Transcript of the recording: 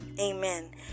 Amen